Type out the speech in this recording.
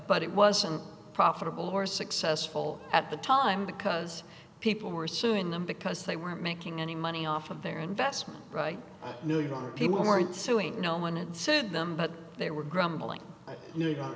but it wasn't profitable or successful at the time because people were suing them because they weren't making any money off of their investment bright new young people who weren't suing no one had said them but they were grumbling